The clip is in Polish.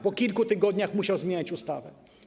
Po kilku tygodniach musiał zmieniać ustawę.